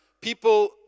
people